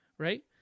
Right